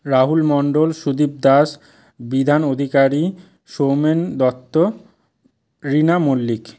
Rahul Mondal Sudip Das Bidhan Adhikari Soumen Dutta Rina Mallick